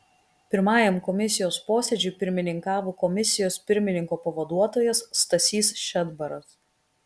pirmajam komisijos posėdžiui pirmininkavo komisijos pirmininko pavaduotojas stasys šedbaras